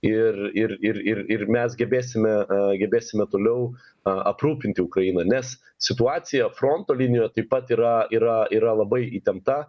ir ir ir ir ir mes gebėsime gebėsime toliau a aprūpinti ukrainą nes situacija fronto linijoje taip pat yra yra yra labai įtempta